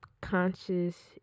Conscious